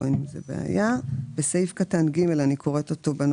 להגיד סתם נציג משאיר את זה מאוד מאוד